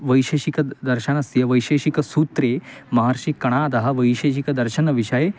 वैशेषिकदर्शनस्य वैशेषिकसूत्रे महर्षिकणादः वैशेषिक दर्शनविषये